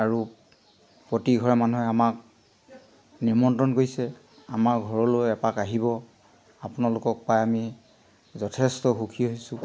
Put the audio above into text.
আৰু প্ৰতিঘৰ মানুহে আমাক নিমন্ত্ৰণ কৰিছে আমাৰ ঘৰলৈ এপাক আহিব আপোনালোকক পায় আমি যথেষ্ট সুখী হৈছোঁ